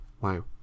Wow